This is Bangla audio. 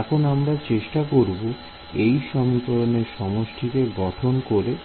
এখন আমরা চেষ্টা করব এই সব সমীকরণের সমষ্টিকে গঠন করেন